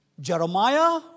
Jeremiah